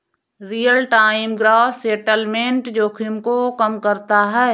real time gross settlement जोखिम को कम करता है